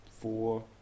four